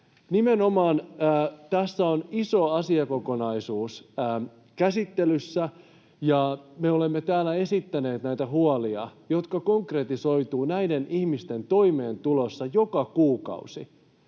Nimenomaan tässä on iso asiakokonaisuus käsittelyssä, ja me olemme täällä esittäneet näitä huolia, jotka konkretisoituvat näiden ihmisten toimeentulossa joka kuukausi,